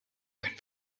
können